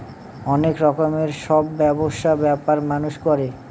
অনেক রকমের সব ব্যবসা ব্যাপার মানুষ করে